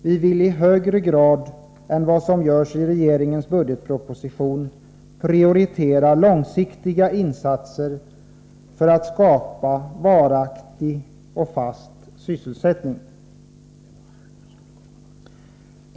Vi vill i högre grad än vad som görs i regeringens budgetproposition prioritera långsiktiga insatser för att skapa varaktig och fast sysselsättning.